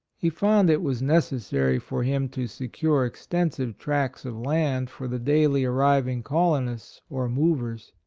he found it was necessary for him to secure ex tensive tracts of land for the daily arriving colonists or movers.